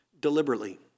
deliberately